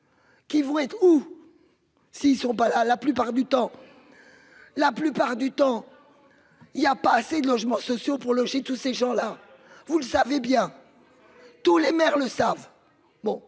Qui vont être ou. S'ils sont pas là, la plupart du temps. La plupart du temps. Il y a pas assez de logements sociaux pour loger tous ces gens-là, vous le savez bien. Tous les maires le savent.